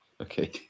Okay